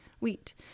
wheat